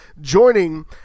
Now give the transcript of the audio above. joining